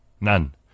none